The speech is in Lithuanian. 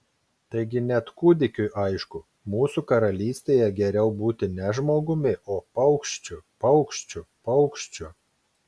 taigi net kūdikiui aišku mūsų karalystėje geriau būti ne žmogumi o paukščiu paukščiu paukščiu